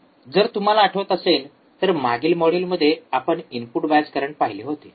जर तुम्हाला आठवत असेल तर मागील मॉड्यूलमध्ये आपण इनपुट बायस करंट पाहिले होते